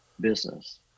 business